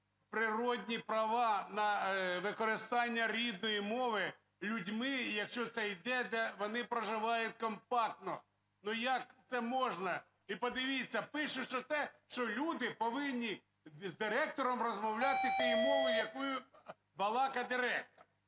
природні права на використання рідної мови людьми, якщо це йде, де вони проживають компактно. Ну як це можна? І подивіться, пишуть, що те... що люди повинні з директором розмовляти тією мовою, якою балакає директор!